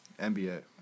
NBA